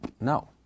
no